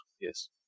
Yes